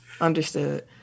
Understood